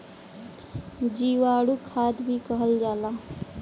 जीवाणु खाद भी कहल जाला